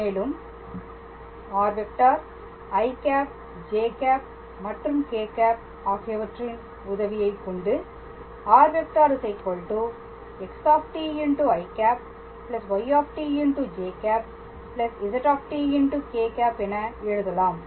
மேலும் r⃗ î ĵ̂ k̂ ஆகியவற்றின் உதவியை கொண்டு r⃗ xî yĵ zk̂ என எழுதலாம்